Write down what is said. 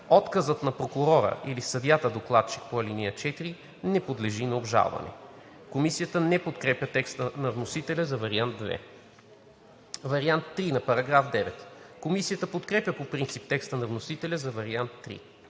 Отказът на прокурора или съдията-докладчик по ал. 4 не подлежи на обжалване.“ Комисията не подкрепя текста на вносителя за вариант II. Комисията подкрепя по принцип текста на вносителя за вариант